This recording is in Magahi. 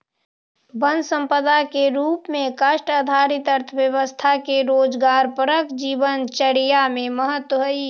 वन सम्पदा के रूप में काष्ठ आधारित अर्थव्यवस्था के रोजगारपरक जीवनचर्या में महत्त्व हइ